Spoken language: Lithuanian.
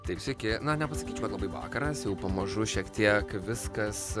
taip sveiki nepasakyčiau kad labai vakaras jau pamažu šiek tiek viskas